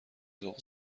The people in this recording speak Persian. ذوق